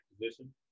position